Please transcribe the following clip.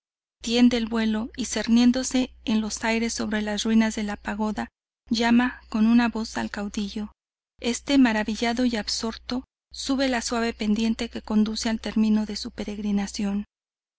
tiende el vuelo y cerniéndose en los aires sobre las ruinas de la pagoda llama con una vos al caudillo este maravillado y absorto sube la suave pendiente que conduce al termino de su peregrinación